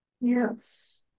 yes